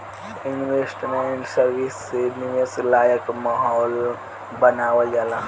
investment service से निवेश लायक माहौल बानावल जाला